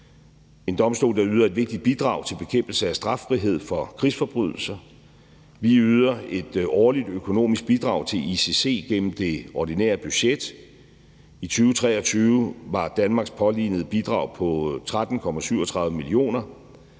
en domstol, der yder et vigtigt bidrag til bekæmpelse af straffrihed for krigsforbrydelser. Vi yder et årligt økonomisk bidrag til ICC gennem det ordinære budget. I 2023 var Danmarks pålignede bidrag på 13,37 mio.